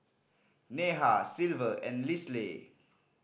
Neha Silver and Lisle